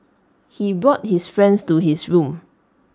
he brought his friends to his room